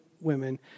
women